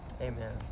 Amen